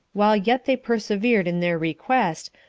while yet they persevered in their request,